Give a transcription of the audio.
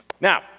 Now